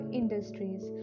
industries